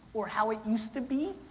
or how it used to be,